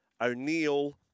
O'Neill